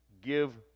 give